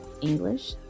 English